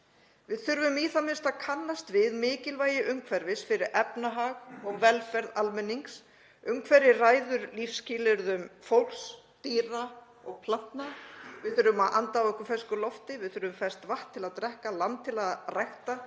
Við þurfum í það minnsta að kannast við mikilvægi umhverfis fyrir efnahag og velferð almennings. Umhverfið ræður lífsskilyrðum fólks, dýra og plantna. Við þurfum að anda að okkur fersku lofti. Við þurfum ferskt vatn til að drekka, land til að rækta,